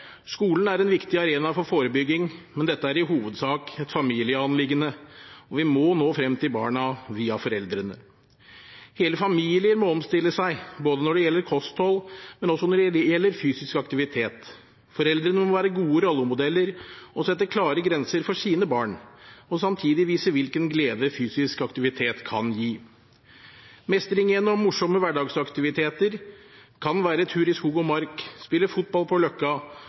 Skolen er en viktig arena for forebygging, men dette er i hovedsak et familieanliggende, og vi må nå frem til barna via foreldrene. Hele familier må omstille seg når det gjelder kosthold, men også når det gjelder fysisk aktivitet. Foreldrene må være gode rollemodeller og sette klare grenser for sine barn, og samtidig vise hvilken glede fysisk aktivitet kan gi. Mestring gjennom morsomme hverdagsaktiviteter kan være tur i skog og mark, spille fotball på løkka